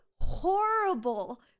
horrible